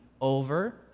over